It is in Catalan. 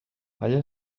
allà